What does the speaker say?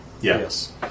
Yes